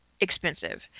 expensive